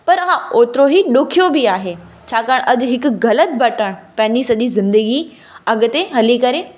पर हा ओतिरो ई ॾुखियो बि आहे छाकाणि अॼु हिकु ग़लति बटण पंहिंजी सॼी जिन्दगी अॻिते हली करे